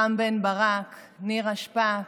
רם בן ברק, נירה שפק,